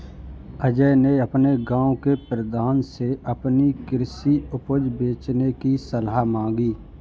अजय ने अपने गांव के प्रधान से अपनी कृषि उपज बेचने की सलाह मांगी